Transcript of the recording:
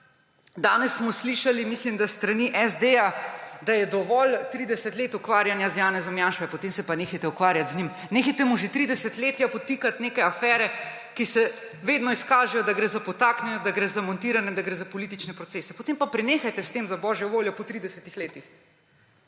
danes smo slišali, mislim da, s strani SD, da je dovolj 30 let ukvarjanja z Janezom Janšo. A ha, potem se pa nehajte ukvarjati z njim. Nehajte mu že tri desetletja podtikati neke afere, za katere se vedno izkaže, da gre za podtaknjeno, da gre za montirano in da gre za politične procese. Potem pa prenehajte s tem, za božjo voljo, po 30 letih.